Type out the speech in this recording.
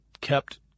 kept